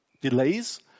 delays